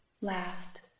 last